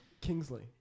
Kingsley